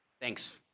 Thanks